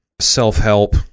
self-help